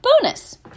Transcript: bonus